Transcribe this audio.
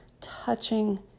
touching